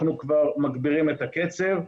אנחנו כבר מגבירים את הקצב,